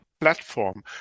platform